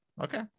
okay